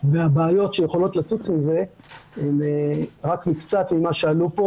והבעיות שיכולות לצוץ מזה הן רק מקצת ממה שעלה פה.